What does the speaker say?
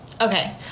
Okay